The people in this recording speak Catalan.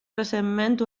recentment